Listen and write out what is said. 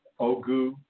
Ogu